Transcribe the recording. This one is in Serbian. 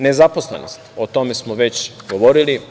Nezaposlenost, o tome smo već govorili.